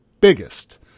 biggest